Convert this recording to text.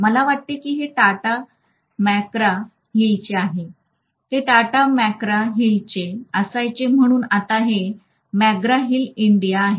मला वाटते की हे टाटा मॅकग्रा हिलचे आहे ते टाटा मॅकग्रा हिलचे असायचे म्हणून आता हे मॅक्ग्रा हिल इंडिया आहे